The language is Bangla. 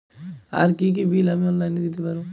আর কি কি বিল আমি অনলাইনে দিতে পারবো?